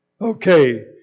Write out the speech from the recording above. Okay